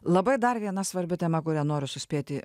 labai dar viena svarbi tema kurią noriu suspėti